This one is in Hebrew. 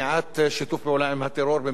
במירכאות או בלי מירכאות.